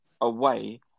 away